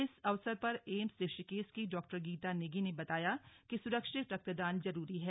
इस अवसर पर एम्स ऋषिकेश की डॉ गीता नेगी ने बताया कि सुरक्षित रक्तदान जरूरी है